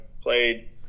played